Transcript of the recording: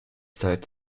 zeit